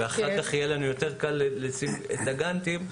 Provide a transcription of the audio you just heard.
ואחר כך יהיה לנו יותר קל להציב את הגאנטים,